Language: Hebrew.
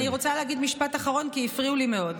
אני רוצה להגיד משפט אחרון, כי הפריעו לי מאוד.